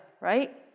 right